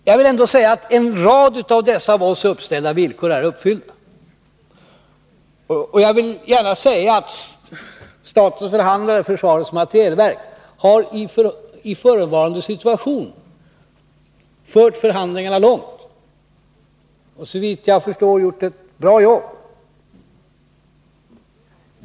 Jag vill ändå framhålla att en rad av dessa av oss uppställda villkor är uppfyllda, och jag vill gärna säga att statens förhandlare, försvarets materielverk, i förevarande situation har fört förhandlingarna långt och såvitt jag förstår gjort ett bra jobb.